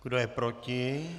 Kdo je proti?